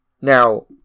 Now